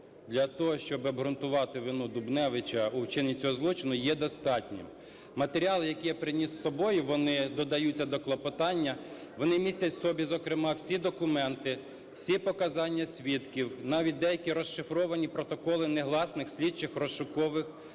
для того, щоб обґрунтувати вину Дубневича у вчиненні цього злочину є достатньо. Матеріали, які я приніс з собою, вони додаються до клопотання, вони містять в собі, зокрема, всі документи, всі показання свідків, навіть деякі розшифровані протоколи негласних слідчих (розшукових) дій,